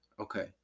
okay